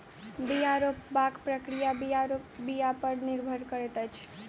बीया रोपबाक प्रक्रिया बीया बीया पर निर्भर करैत अछि